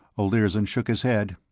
olirzon shook his head.